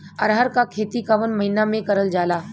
अरहर क खेती कवन महिना मे करल जाला?